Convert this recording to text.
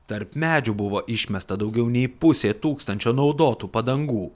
tarp medžių buvo išmesta daugiau nei pusė tūkstančio naudotų padangų